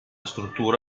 struttura